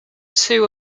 two